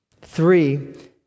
Three